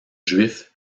juif